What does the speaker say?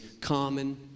common